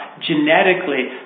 genetically